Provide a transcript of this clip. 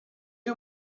too